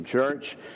Church